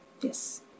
Yes